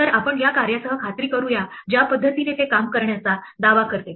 तर आपण या कार्यासह खात्री करूया ज्या पद्धतीने ते काम करण्याचा दावा करते